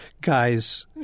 guys